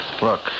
Look